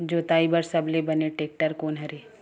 जोताई बर सबले बने टेक्टर कोन हरे?